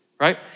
Right